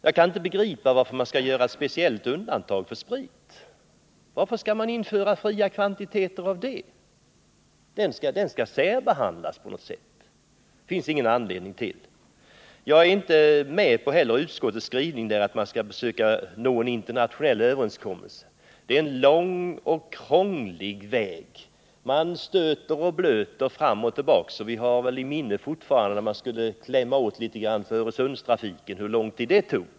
Jag förstår inte varför speciellt undantag skall göras för den, varför en viss kvantitet skall få införas tullfritt i landet. Det finns ingen anledning till det. Jag kan inte heller tillstyrka utskottets skrivning om att vi skall försöka uppnå en internationell överenskommelse. Det är en både lång och krånglig väg. Man stöter och blöter fram och tillbaka, och då tänker jag på hur lång tid det tog när man försökte klämma åt sprithanteringen på Öresundsbåtarna.